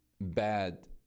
bad